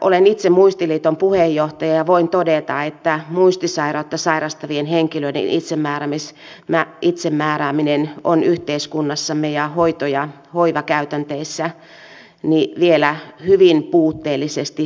olen itse muistiliiton puheenjohtaja ja voin todeta että muistisairautta sairastavien henkilöiden itsemäärääminen on yhteiskunnassamme ja hoito ja hoivakäytänteissä vielä hyvin puutteellisesti toteutunut